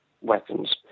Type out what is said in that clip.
weapons